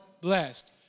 blessed